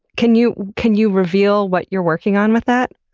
can you can you reveal what you're working on with that?